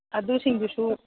ꯑꯗꯨꯁꯤꯡꯗꯨꯁꯨ